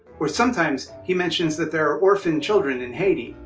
or sometimes he mentions that there are orphan children in haiti.